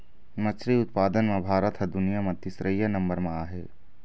मछरी उत्पादन म भारत ह दुनिया म तीसरइया नंबर म आहे